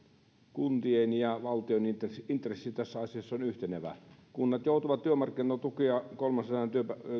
kuntien ja valtion intressi tässä asiassa on yhtenevä kunnat joutuvat maksamaan työmarkkinatukea kolmensadan